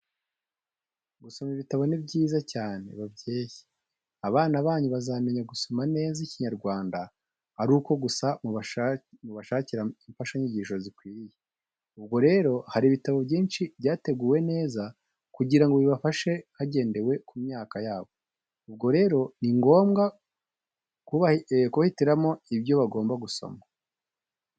Gusoma ibitabo ni byiza cyane! Babyeyi, abana banyu bazamenya gusoma neza Ikinyarwanda ari uko gusa mubashakira imfashanyigisho zikwiriye. Ubwo rero hari ibitabo byinshi byateguwe neza kugira ngo bibafashe hagendewe ku myaka yabo. Ubwo rero ni ngombwa kubahitiramo ibyo bagomba gusoma.